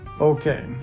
Okay